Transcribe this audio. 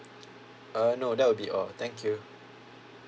uh no that will be all thank you